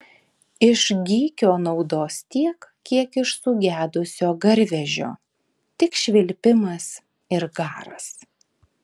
iš gykio naudos tiek kiek iš sugedusio garvežio tik švilpimas ir garas